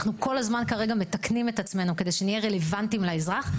אנחנו כל הזמן מתקנים את עצמנו כדי שנהיה רלוונטיים לאזרח.